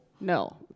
No